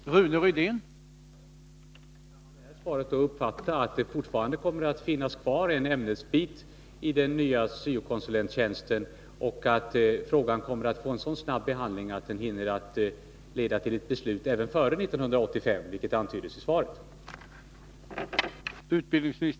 Herr talman! Kan jag uppfatta det beskedet så, att det fortfarande kommer att finnas kvar en ämnesbit i den nya syo-konsulenttjänsten och att frågan kommer att få en så snabb behandling att den kan leda fram till ett beslut även före 1985, vilket antyddes i svaret?